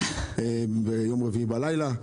ביום רביעי בלילה.